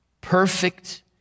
perfect